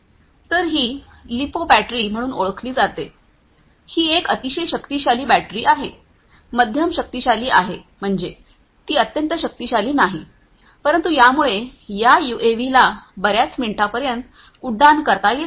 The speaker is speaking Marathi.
तर ही लिपो बॅटरी म्हणून ओळखली जाते ही एक अतिशय शक्तिशाली बॅटरी आहे मध्यम शक्तिशाली आहे म्हणजे ती अत्यंत शक्तिशाली नाही परंतु यामुळे या यूएव्हीला बर्याच मिनिटांपर्यंत उड्डाण करता येते